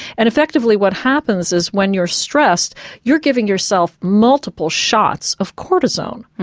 and effectively what happens is when you're stressed you're giving yourself multiple shots of cortisone,